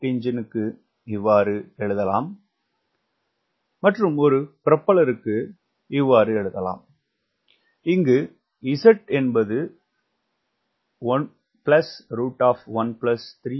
பிலாப்ஸ்களில் வெவ்வேறு மாறுபட்ட விலகல்களைக் கொடுப்பதன் மூலம் பிலாப்ஸ்களைப் பயன்படுத்துவதன் மூலம் நாங்கள் எப்போதும் CLmax மதிப்புடன் விளையாடுகிறோம்